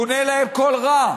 יאונה להם רע.